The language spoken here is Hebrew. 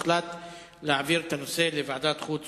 את הנושא לוועדת החוץ